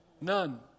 None